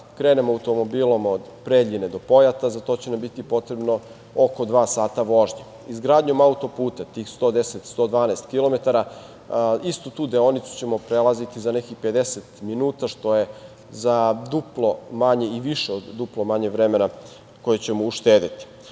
krenemo automobilom od Preljine do Pojata za to će nam biti potrebno oko dva sata vožnje. Izgradnjom autoputa tih 110, 112 km, istu tu deonicu ćemo prelaziti za nekih 50 minuta, što je za duplo manje i više od duplo manje vremena koje ćemo uštedeti. Drugo,